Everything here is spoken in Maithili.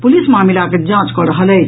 पुलिस मामिलाक जांच कऽ रहल अछि